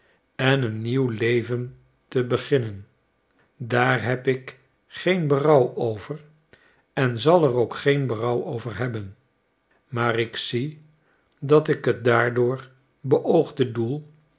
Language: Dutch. en een nieuw leven te beginnen daar heb ik geen berouw over en zal er ook geen berouw over hebben maar ik zie dat ik het daardoor beoogde doel